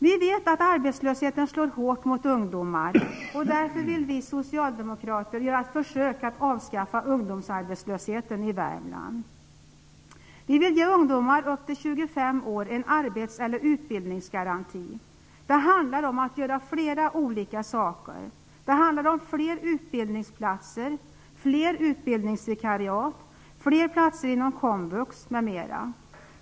Vi vet att arbetslösheten slår hårt mot ungdomar, och därför vill vi socialdemokrater göra ett försök att avskaffa ungdomsarbetslösheten i Värmland. Vi vill ge ungdomar upp till 25 år en arbets eller utbildningsgaranti. Det handlar om att inrätta flera olika saker: fler utbildningsplatser, fler utbildningsvikariat, fler platser inom komvux m.m.